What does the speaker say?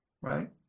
right